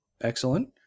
excellent